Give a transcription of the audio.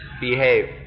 behave